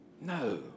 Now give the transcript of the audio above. No